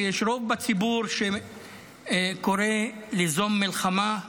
שיש רוב בציבור שקורא ליזום מלחמה.